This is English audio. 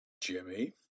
Jimmy